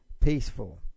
peaceful